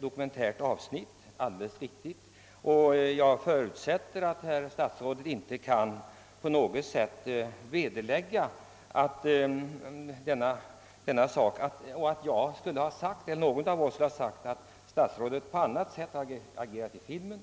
dokumentärt avsnitt». Ingen av oss har påstått att statsrådet agerat på något annat sätt i filmen.